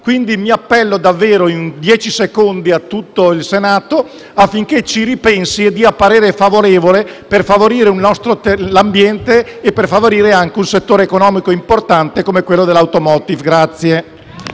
quindi mi appello davvero brevemente a tutto il Senato affinché ci ripensi e dia voto favorevole per favorire l'ambiente e per favorire anche un settore economico importante come quello dell'*automotive*.